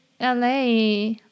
LA